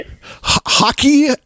hockey